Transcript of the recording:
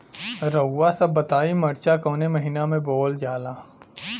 रउआ सभ बताई मरचा कवने महीना में बोवल जाला?